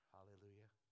Hallelujah